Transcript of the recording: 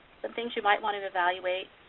some things you might want to to evaluate